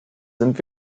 sind